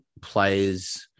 players